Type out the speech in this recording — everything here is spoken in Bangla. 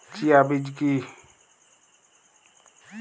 চিয়া বীজ কী?